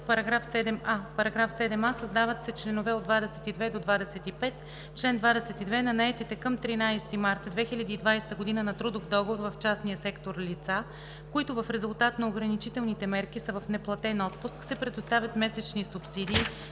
§ 7а: „§ 7а. Създават се чл. 22 – 25: „Чл. 22. На наетите към 13 март 2020 г. на трудов договор в частния сектор лица, които в резултат на ограничителните мерки са в неплатен отпуск, се предоставят месечни субсидии